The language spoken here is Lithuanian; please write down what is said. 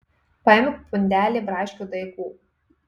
paimk pundelį braškių daigų